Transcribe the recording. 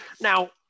Now